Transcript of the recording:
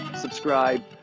subscribe